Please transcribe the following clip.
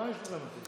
מה יש לך עם זה?